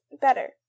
better